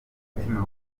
umutima